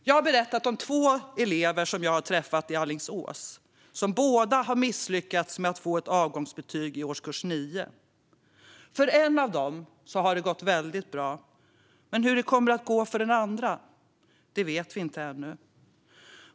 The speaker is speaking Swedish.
Jag har berättat om två elever som jag har träffat i Alingsås, som båda har misslyckats med att få ett avgångsbetyg i årskurs 9. För en av dem har det gått väldigt bra, men hur det kommer att gå för den andra vet vi inte ännu.